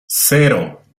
cero